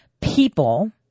people